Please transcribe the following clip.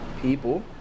People